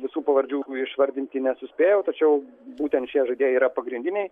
visų pavardžių išvardinti nesuspėjau tačiau būtent šie žaidėjai yra pagrindiniai